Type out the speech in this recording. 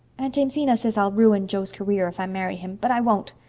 aunt jamesina says i'll ruin jo's career if i marry him. but i won't.